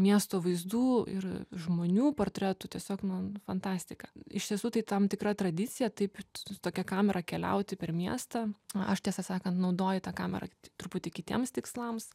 miesto vaizdų ir žmonių portretų tiesiog nu fantastika iš tiesų tai tam tikra tradicija taip su tokia kamera keliauti per miestą aš tiesą sakant naudoju tą kamerą truputį kitiems tikslams